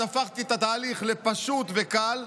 הפכתי את התהליך לפשוט וקל,